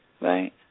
right